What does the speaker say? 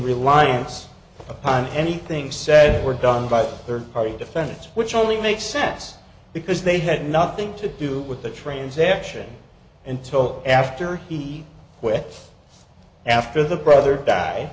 reliance upon anything said or done by third party defendants which only makes sense because they had nothing to do with the transaction until after he quit after the brother died